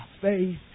faith